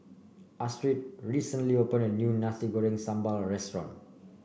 Astrid recently opened a new Nasi Goreng Sambal Restaurant